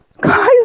Guys